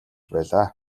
байлаа